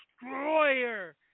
Destroyer